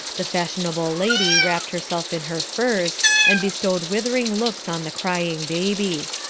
the fashionable lady wrapped herself in her furs and bestowed withering looks on the crying baby.